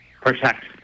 protect